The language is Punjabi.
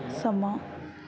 ਸਮਾਂ